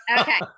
okay